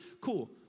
Cool